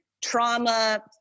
trauma